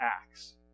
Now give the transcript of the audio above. acts